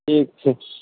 ठीक छै